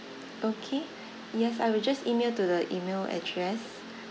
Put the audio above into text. okay yes I will just email to the email address